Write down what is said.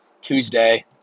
Tuesday